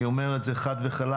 אני אומר את זה חד וחלק.